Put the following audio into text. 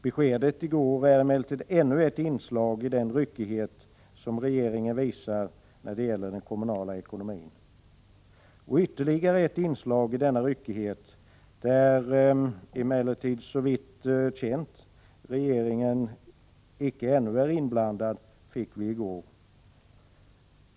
Beskedet i går är ännu ett inslag i den ryckighet som regeringen visar när det gäller den kommunala ekonomin. Ytterligare ett bidrag till denna ryckighet fick vi i går. Här är emellertid — såvitt känt — regeringen ännu icke inblandad.